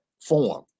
form